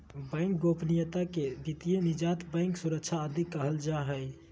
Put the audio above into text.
bank गोपनीयता के वित्तीय निजता, बैंक सुरक्षा आदि कहल जा हइ